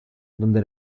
donde